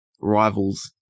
rival's